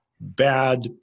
bad